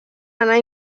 anar